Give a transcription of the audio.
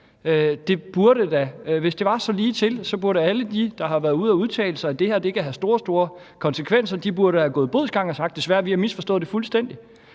Hvis det var så ligetil, så burde alle dem, der har været ude at udtale sig om det her og sagt, at det kan have store, store konsekvenser, have gået bodsgang og sagt: Vi har desværre misforstået det fuldstændig.